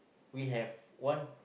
we have one